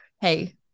Hey